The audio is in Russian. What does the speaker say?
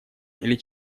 или